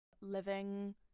living